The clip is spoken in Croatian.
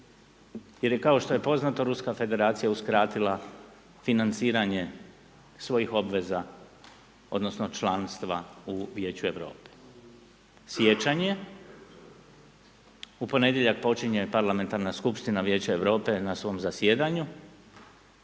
jer je kao što je poznato Ruska Federacija uskratila financiranje svojih obveza odnosno članstva u Vijeću Europe. Siječanj je, u ponedjeljak počinje parlamentarna skupština Vijeća Europe na svom zasjedanju